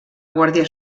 guàrdia